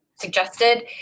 suggested